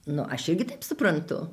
nu aš irgi kaip suprantu